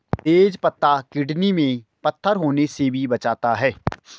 तेज पत्ता किडनी में पत्थर होने से भी बचाता है